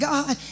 God